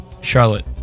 Charlotte